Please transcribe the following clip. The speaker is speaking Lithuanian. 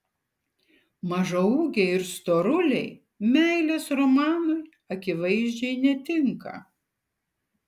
mažaūgiai ir storuliai meilės romanui akivaizdžiai netinka